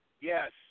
Yes